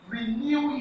Renew